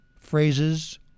phrases